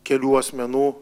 kelių asmenų